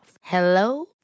Hello